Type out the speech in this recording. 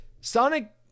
Sonic